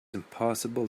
impossible